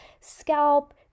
scalp